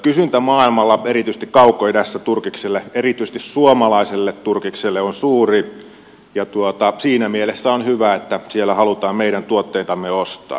kysyntä maailmalla erityisesti kaukoidässä turkiksille erityisesti suomalaiselle turkikselle on suuri ja siinä mielessä on hyvä että siellä halutaan meidän tuotteitamme ostaa